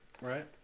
Right